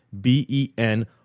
B-E-N